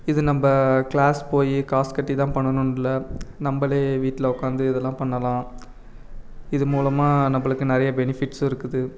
இது நம்ப க்ளாஸ் போய் காசு கட்டி தான் பண்ணணுன்னு இல்லை நம்பளே வீட்டில் உட்காந்து இதெல்லாம் பண்ணலாம் இது மூலமாக நம்பளுக்கு நிறைய பெனிஃபிட்ஸும் இருக்குது